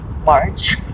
march